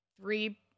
three